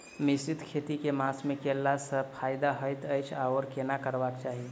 मिश्रित खेती केँ मास मे कैला सँ फायदा हएत अछि आओर केना करबाक चाहि?